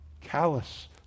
callous